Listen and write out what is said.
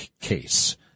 case